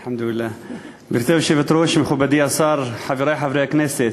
גברתי היושבת-ראש, מכובדי השר, חברי חברי הכנסת,